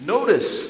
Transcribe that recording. Notice